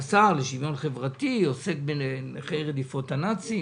השר לשוויון חברתי עוסק בנכי רדיפות הנאצים?